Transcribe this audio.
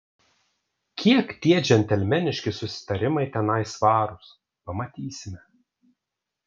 kiek tie džentelmeniški susitarimai tenai svarūs pamatysime